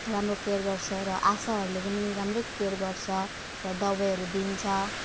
राम्रो केयर गर्छ र आसाहरूले पनि राम्रै केयर गर्छ र दबाईहरू दिन्छ